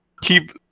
keep